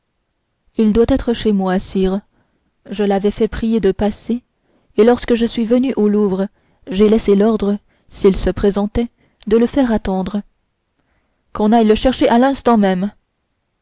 il doit être chez moi sire je l'avais fait prier de passer et lorsque je suis venu au louvre j'ai laissé l'ordre s'il se présentait de le faire attendre qu'on aille le chercher à l'instant même